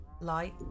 Light